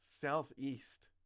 southeast